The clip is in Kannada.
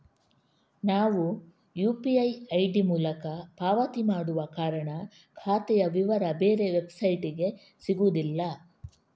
ನಾವು ಯು.ಪಿ.ಐ ಐಡಿ ಮೂಲಕ ಪಾವತಿ ಮಾಡುವ ಕಾರಣ ಖಾತೆಯ ವಿವರ ಬೇರೆ ವೆಬ್ಸೈಟಿಗೆ ಸಿಗುದಿಲ್ಲ